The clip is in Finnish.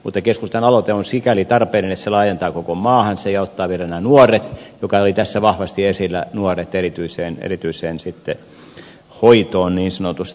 mutta keskustan aloite on sikäli tarpeellinen että se laajentaa koko maahan sen ja ottaa vielä nämä nuoret jotka olivat tässä vahvasti esillä erityiseen hoitoon niin sanotusti